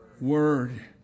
word